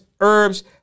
herbs